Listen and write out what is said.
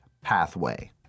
pathway